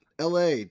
LA